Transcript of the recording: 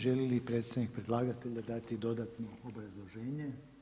Želi li predstavnik predlagatelja dati dodatno obrazloženje?